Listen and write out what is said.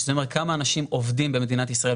שזה אומר כמה אנשים עובדים במדינת ישראל,